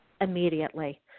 immediately